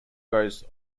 goes